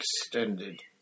extended